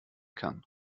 kann